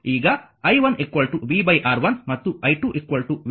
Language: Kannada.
ಈಗ i1 v R1 ಮತ್ತು i2 v R2